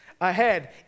ahead